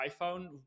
iPhone